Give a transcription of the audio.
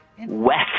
West